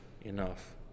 enough